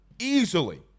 easily